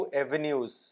avenues